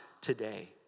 today